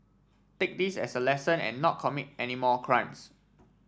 take this as a lesson and not commit any more crimes